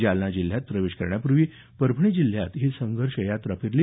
जालना जिल्ह्यात प्रवेश करण्यापूर्वी परभणी जिल्ह्यात ही जनसंघर्ष यात्रा फिरली